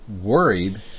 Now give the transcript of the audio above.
worried